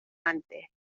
antes